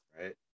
right